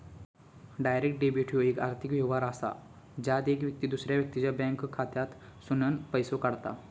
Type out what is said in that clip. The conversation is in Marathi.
डायरेक्ट डेबिट ह्यो येक आर्थिक व्यवहार असा ज्यात येक व्यक्ती दुसऱ्या व्यक्तीच्या बँक खात्यातसूनन पैसो काढता